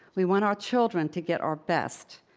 we want our children to get our best.